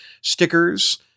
stickers